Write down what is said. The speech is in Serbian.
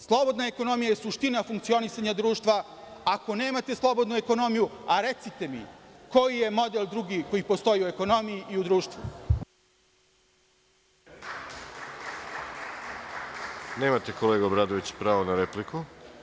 Slobodna ekonomija je suština funkcionisanja društva, ako nemate slobodnu ekonomiju, a recite mi, koji je model drugi koji postoji u ekonomiji i u društvu. (Boško Obradović: Replika.